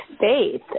faith